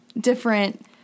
different